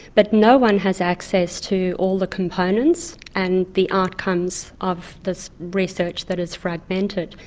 but no one has access to all the components and the outcomes of this research that is fragmented.